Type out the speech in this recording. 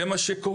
זה מה שקורה,